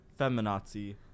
feminazi